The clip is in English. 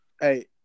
Hey